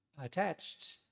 attached